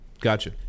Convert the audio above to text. Gotcha